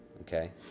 okay